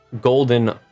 golden